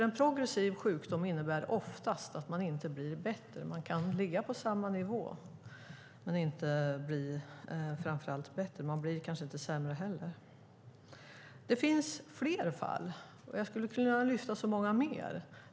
En progressiv sjukdom innebär oftast att man inte blir bättre. Man kan ligga på samma nivå, men man blir inte bättre och kanske inte sämre heller. Det finns fler fall. Jag skulle kunna lyfta upp så många fler.